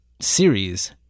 series